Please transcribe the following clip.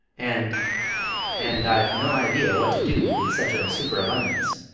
and and i've no idea what to do with such a superabundance.